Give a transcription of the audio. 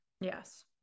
Yes